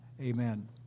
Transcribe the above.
Amen